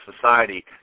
society